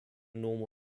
normal